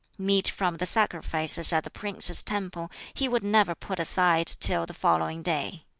meat from the sacrifices at the prince's temple he would never put aside till the following day.